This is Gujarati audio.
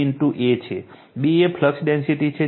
B એ ફ્લક્સ ડેન્સિટી છે